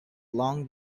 long